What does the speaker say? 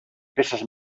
peces